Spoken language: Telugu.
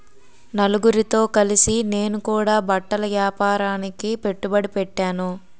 నలుగురితో కలిసి నేను కూడా బట్టల ఏపారానికి పెట్టుబడి పెట్టేను